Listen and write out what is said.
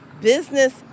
business